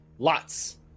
Lots